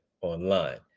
online